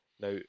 now